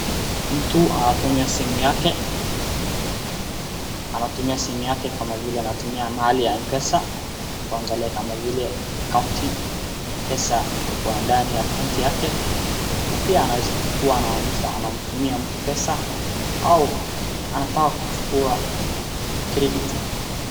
Mtu anatumia simu yake, anatumia simu yake kama vile anatumia mali ya Mpesa kuangalia kama vile akaunti pesa iko kwa ndani ya akaunti yake, na pia inaeza kuwa anamtumia mtu pesa au anataka kuchukua crediti .